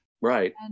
Right